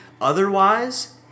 Otherwise